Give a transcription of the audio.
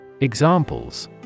Examples